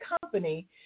company